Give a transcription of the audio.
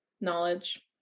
knowledge